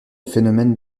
phénomène